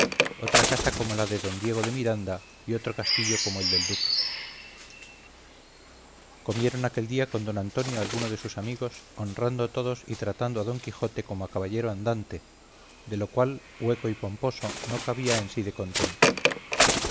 otra casa como la de don diego de miranda y otro castillo como el del duque comieron aquel día con don antonio algunos de sus amigos honrando todos y tratando a don quijote como a caballero andante de lo cual hueco y pomposo no cabía en sí de contento